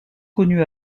connu